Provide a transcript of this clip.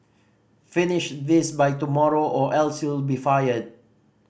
finish this by tomorrow or else you'll be fired